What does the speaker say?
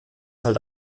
halt